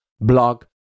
blog